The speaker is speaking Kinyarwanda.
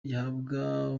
gihabwa